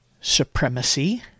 supremacy